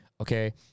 okay